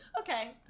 Okay